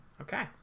okay